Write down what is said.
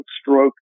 stroke